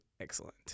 excellent